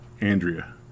Andrea